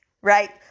Right